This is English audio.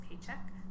paycheck